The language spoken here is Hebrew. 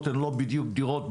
ואם לא הם יכולים להגיע לסניף.